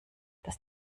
das